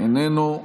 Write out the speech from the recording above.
איננו,